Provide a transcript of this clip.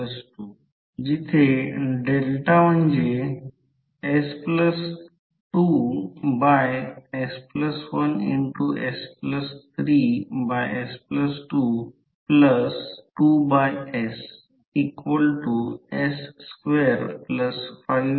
तर जर असेल तर म्हणून जेव्हा सर्किटकडे बघतो तेव्हा गोष्टी अगदी सोप्या असतात एकदा गणना केली की हे ∅1 आहे हे ∅2 आहे आणि हे ∅3 आहे हा फ्लक्स आहे आणि हा फ्लक्स 2 हा भागामध्ये विभागला आहे हे 2 पॅरलेल पाथ आहेत